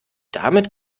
damit